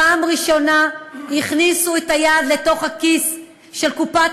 פעם ראשונה הכניסו את היד לתוך הכיס של קופת